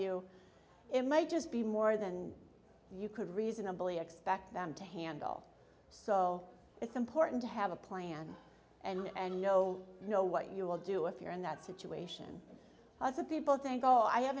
you it might just be more than you could reasonably expect them to handle so it's important to have a plan and know know what you will do if you're in that situation as a people think oh i have